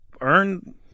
earn